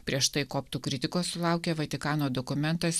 prieš tai koptų kritikos sulaukė vatikano dokumentas